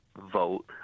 vote